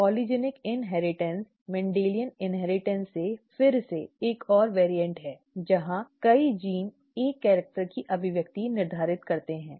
polygenic inheritance Mendelian inheritance से फिर से एक और वेअर्इअन्ट है जहां कई जीन एक कैरिक्टर की अभिव्यक्ति निर्धारित करते हैं